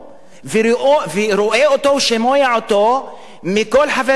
ואני רואה אותו ושומע אותו מכל חבר כנסת,